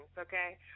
okay